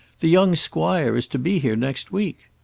the young squire is to be here next week.